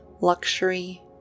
luxury